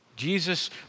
Jesus